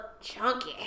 chunky